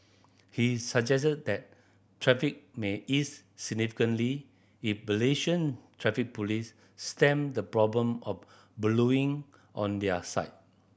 he suggested that traffic may ease significantly if Malaysian Traffic Police stemmed the problem of ballooning on their side